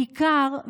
בעיקר,